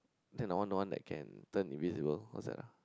then I want the one that can turn invisible what is that ah